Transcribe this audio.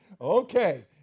Okay